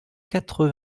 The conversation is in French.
quatre